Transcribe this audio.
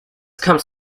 comes